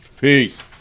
Peace